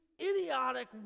idiotic